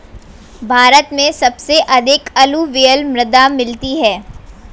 भारत में सबसे अधिक अलूवियल मृदा मिलती है